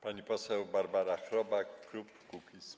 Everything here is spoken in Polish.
Pani poseł Barbara Chrobak, klub Kukiz’15.